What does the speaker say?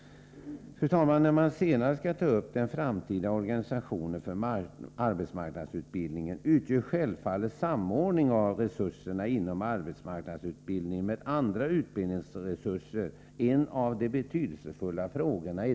När man senare skall ta upp den framtida organisationen för arbetsmarknadsutbildningen blir självfallet samordningen av resurserna inom arbetsmarknadsutbildningen med andra utbildningsresurser en av de betydelsefulla frågorna.